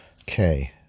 Okay